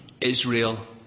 Israel